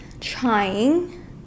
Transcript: trying